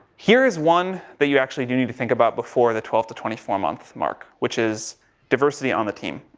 here's one that you actually do need to think about before the twelve to twenty four month mark, which is diversity on the team.